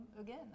again